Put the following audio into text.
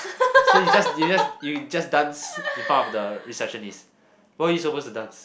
so you just you just you just dance in front of the receptionist what are you supposed to dance